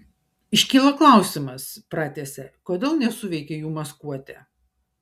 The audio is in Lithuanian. iškyla klausimas pratęsė kodėl nesuveikė jų maskuotė